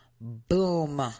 Boom